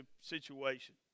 situation